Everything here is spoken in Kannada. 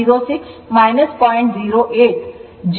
08 ಬರುತ್ತಿದೆ